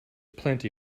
plenty